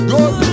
Good